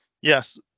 Yes